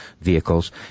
vehicles